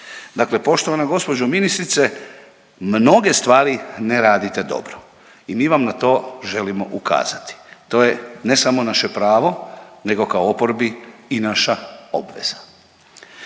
Dakle poštovana gospođo ministrice mnoge stvari ne radite dobro i mi vam na to želimo ukazati. To je ne samo naše pravo, nego kao oporbi i naša obveza.